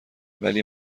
ولی